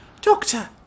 Doctor